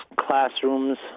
classrooms